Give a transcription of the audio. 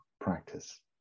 practice